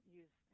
use